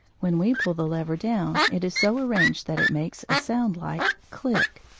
when we pull the lever down it is so arranged that it makes a sound like click,